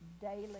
daily